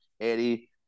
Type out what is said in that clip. Eddie